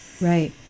right